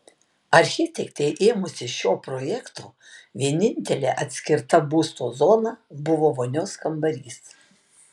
architektei ėmusis šio projekto vienintelė atskirta būsto zona buvo vonios kambarys